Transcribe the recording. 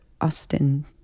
austin